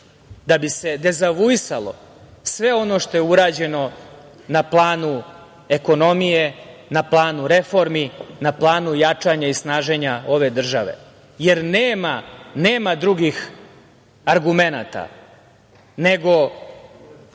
da bi se dezavuisalo sve ono što je urađeno na planu ekonomije, na planu reformi, na planu jačanja i snaženja ove države. Jer, nema drugih argumenata nego